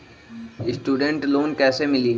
Student loan कैसे मिली?